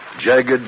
Jagged